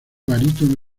barítono